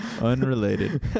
unrelated